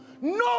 no